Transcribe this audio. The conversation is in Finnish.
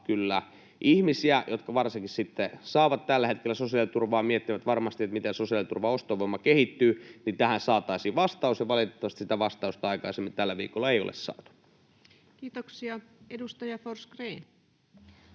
ihmisiä, jotka saavat tällä hetkellä sosiaaliturvaa ja miettivät varmasti, miten sosiaaliturvan ostovoima kehittyy, ja valitettavasti sitä vastausta aikaisemmin tällä viikolla ei ole saatu. [Speech 543] Speaker: